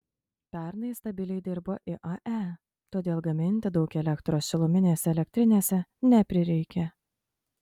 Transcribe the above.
pernai stabiliai dirbo iae todėl gaminti daug elektros šiluminėse elektrinėse neprireikė